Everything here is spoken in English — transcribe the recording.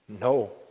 No